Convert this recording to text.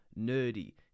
nerdy